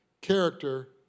Character